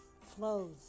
flows